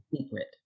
secret